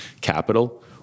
capital